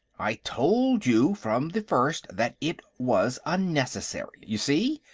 i told you, from the first, that it was unnecessary. you see?